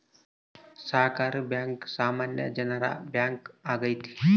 ಸಹಕಾರಿ ಬ್ಯಾಂಕ್ ಸಾಮಾನ್ಯ ಜನರ ಬ್ಯಾಂಕ್ ಆಗೈತೆ